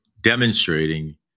demonstrating